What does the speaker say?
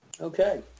okay